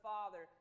Father